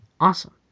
Awesome